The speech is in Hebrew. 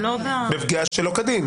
בפגיעה שלא כדין.